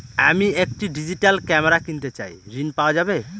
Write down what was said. আমি একটি digital camera কিনতে চাই ঝণ পাওয়া যাবে?